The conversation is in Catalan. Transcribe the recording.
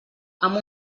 amb